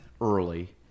early